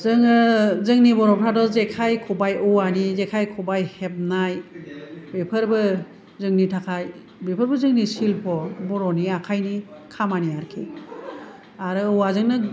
जोङो जोंनि बर'फ्राथ' जेखाय खबाय औवानि जेखाय खबाय हेबनाय बेफोरबो जोंनि थाखाय बेफोरबो जोंनि शिल्प बर'नि आखाइनि खामानि आरोखि आरो औवाजोंनो